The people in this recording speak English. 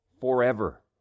forever